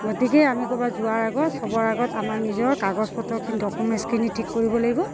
গতিকে আমি ক'ৰবাত যোৱাৰ আগত চবৰ আগত আমাৰ নিজৰ কাগজপত্ৰখিনি ডকুমেণ্টছখিনি ঠিক কৰিব লাগিব